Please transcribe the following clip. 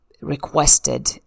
requested